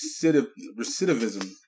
recidivism